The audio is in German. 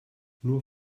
nur